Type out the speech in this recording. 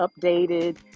updated